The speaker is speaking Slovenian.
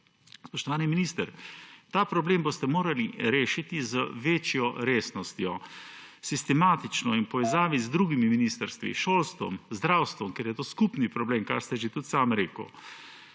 Spoštovani minister! Ta problem boste morali rešiti z večjo resnostjo, sistematično in v povezavi z drugimi ministrstvi, šolstvom, zdravstvom, ker je to skupni problem, kar ste že tudi sami rekli.